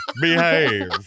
Behave